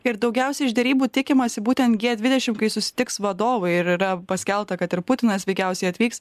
ir daugiausia iš derybų tikimasi būtent gie dvidešim kai susitiks vadovai ir yra paskelbta kad ir putinas veikiausiai atvyks